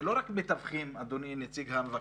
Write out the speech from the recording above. זה לא רק מתווכים, אדוני נציג המבקר,